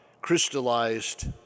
crystallized